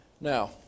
Now